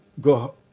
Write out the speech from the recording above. go